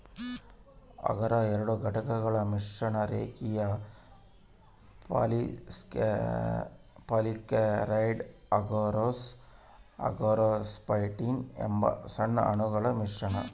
ಅಗರ್ ಎರಡು ಘಟಕಗಳ ಮಿಶ್ರಣ ರೇಖೀಯ ಪಾಲಿಸ್ಯಾಕರೈಡ್ ಅಗರೋಸ್ ಅಗಾರೊಪೆಕ್ಟಿನ್ ಎಂಬ ಸಣ್ಣ ಅಣುಗಳ ಮಿಶ್ರಣ